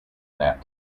that